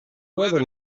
weather